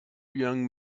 young